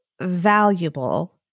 valuable